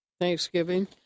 Thanksgiving